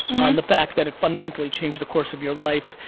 on the fact that it fundamentally changed the course of your life.